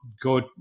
go